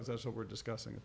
that what we're discussing